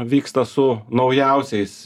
vyksta su naujausiais